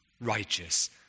righteous